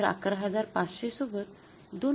जर ११५०० सोबत २